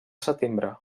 setembre